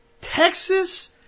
Texas